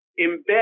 embed